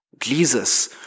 Jesus